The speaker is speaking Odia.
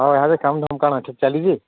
ହଁ ଏବେ କାମ ଧାମ କ'ଣ ଅଛି ଚାଲିଛି